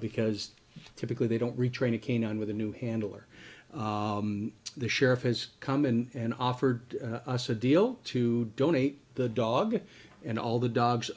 because typically they don't retrain a canine with a new handler the sheriff has come in and offered us a deal to donate the dog and all the dogs